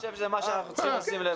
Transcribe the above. אני חושב שמה שאנחנו צריכים לשים לב